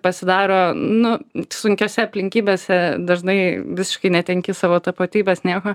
pasidaro nu sunkiose aplinkybėse dažnai visiškai netenki savo tapatybės nieko